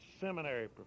seminary